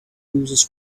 users